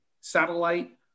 satellite